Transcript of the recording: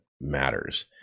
matters